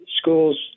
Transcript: schools